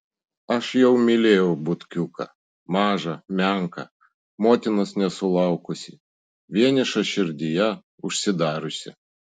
aš jau mylėjau butkiuką mažą menką motinos nesulaukusį vienišą širdyje užsidariusį